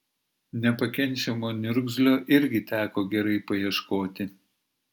nepakenčiamo niurgzlio irgi teko gerai paieškoti